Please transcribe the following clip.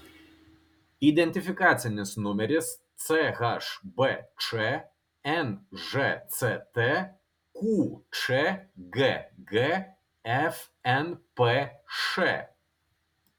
identifikacinis numeris chbč nžct qčgg fnpš